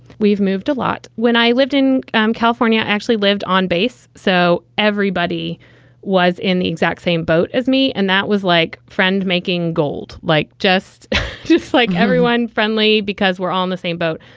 we've moved a lot when i lived in um california, actually lived on base. so everybody was in the exact same boat as me. and that was like friend making gold like just to like everyone friendly because we're all in the same boat.